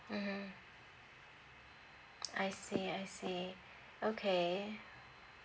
mmhmm I see I see okay